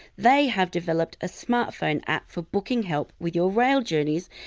they had developed a smartphone app for booking help with your rail journeys,